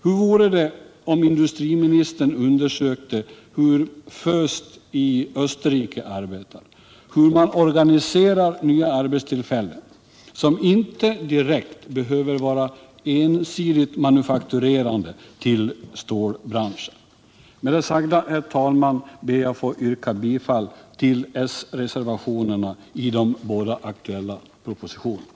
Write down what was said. Hur vore det om industriministern undersökte hur VÖEST i Österrike arbetar, hur man organiserar nya arbetstillfällen, som inte direkt behöver vara ensidigt manufakturerande till stålbranschen? Med det sagda, herr talman, ber jag att få yrka bifall till s-reservationerna i de aktuella betänkandena.